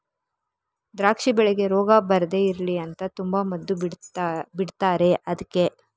ದ್ರಾಕ್ಷಿ ಬೆಳೆಗೆ ರೋಗ ಬರ್ದೇ ಇರ್ಲಿ ಅಂತ ತುಂಬಾ ಮದ್ದು ಬಿಡ್ತಾರೆ ಅದ್ಕೆ